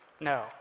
No